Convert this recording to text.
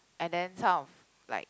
and then some like